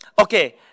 okay